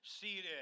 seated